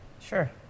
Sure